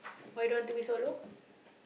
why you don't want to be solo